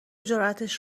جراتش